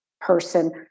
person